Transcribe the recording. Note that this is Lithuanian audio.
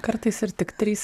kartais ir tik trys